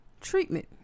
treatment